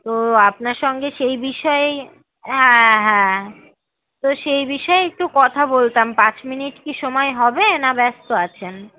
তো আপনার সঙ্গে সেই বিষয়েই অ্যাঁ হ্যাঁ তো সেই বিষয়েই একটু কথা বলতাম পাঁচ মিনিট কি সময় হবে না ব্যস্ত আছেন